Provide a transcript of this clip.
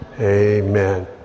Amen